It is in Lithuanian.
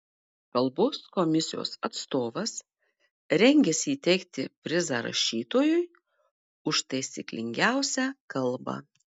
kalbos komisijos atstovas rengiasi įteikti prizą rašytojui už taisyklingiausią kalbą